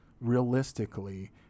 realistically